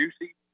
juicy